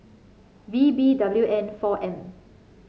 V B W N four M